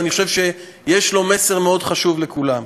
ואני חושב שיש לו מסר מאוד חשוב לכולם: